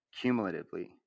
cumulatively